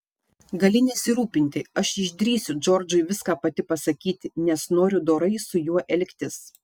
gali nesirūpinti aš išdrįsiu džordžui viską pati pasakyti nes noriu dorai su juo elgtis